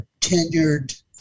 tenured